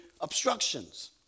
obstructions